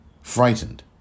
frightened